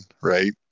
right